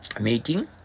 meeting